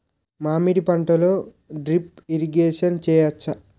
మామిడి పంటలో drip irrigation చేయచ్చా?